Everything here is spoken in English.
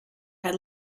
had